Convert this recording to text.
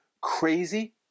crazy